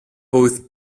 both